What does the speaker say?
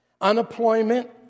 Unemployment